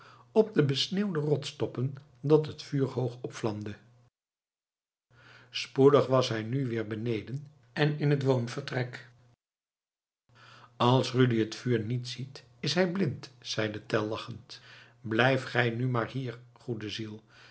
op de besneeuwde rotstoppen dat het vuur hoog opvlamde spoedig was hij nu weer beneden en in het woonvertrek als rudi het vuur niet ziet is hij blind zeide tell lachend blijf gij nu maar hier goede ziel